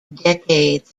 decades